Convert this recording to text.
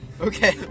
okay